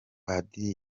padiri